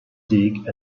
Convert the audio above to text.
dig